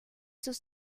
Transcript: sus